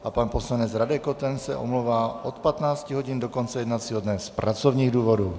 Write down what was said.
A pan poslanec Radek Koten se omlouvá od 15 hodin do konce jednacího dne z pracovních důvodů.